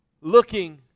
looking